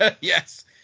yes